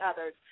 others